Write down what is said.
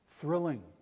Thrilling